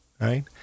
right